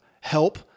help